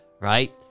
right